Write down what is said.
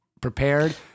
prepared